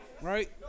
right